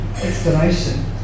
explanation